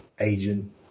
agent